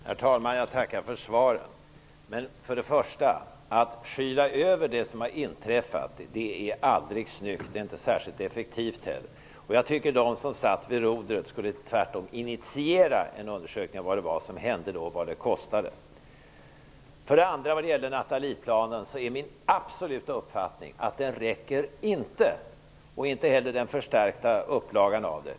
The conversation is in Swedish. Herr talman! Jag tackar för svaren. För det första är det aldrig snyggt att skyla över det som har inträffat, och det är inte heller särskilt effektivt. Jag tycker att de som satt vid rodret tvärtom borde initiera en undersökning om vad det var som hände och vad det kostade. För det andra är det min absoluta uppfattning att Nathalieplanen inte är tillräcklig, inte heller den förstärkta upplagan av den.